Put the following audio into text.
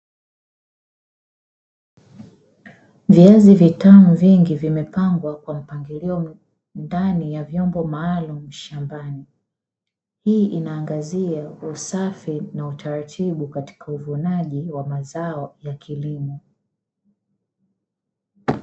Viazi vitamu vingi vimepangwa kwa mpangilio ndani ya vyombo maalumu shambani, hii inaangazia usafi na utaratibu katika uvunaji wa mazao ya kilimo.